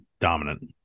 dominant